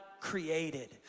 created